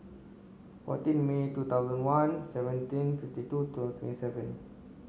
fourteen May two thousand one seventeen fifty two twenty seven